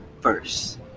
first